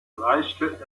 reichte